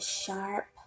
sharp